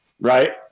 Right